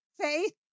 faith